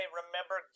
remember